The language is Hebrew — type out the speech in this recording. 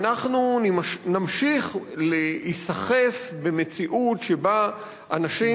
אנחנו נמשיך להיסחף במציאות שבה אנשים מסוימים,